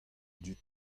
dud